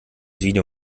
video